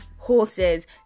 horses